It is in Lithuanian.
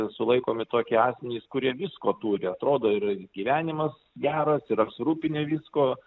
sulaikomi tokie asmenys kurie visko turi atrodo ir gyvenimas geras ir apsirūpinę viskuo